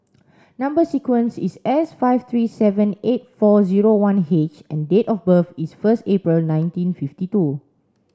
number sequence is S five three seven eight four zero one H and date of birth is first April nineteen fifty two